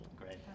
Great